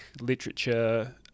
literature